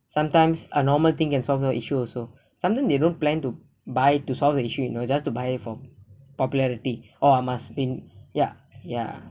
sometimes a normal thing can solve your issue also sometimes they don't plan to buy to solve the issue you know just to buy for popularity oh I must been ya ya